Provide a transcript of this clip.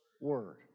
word